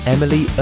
Emily